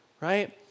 right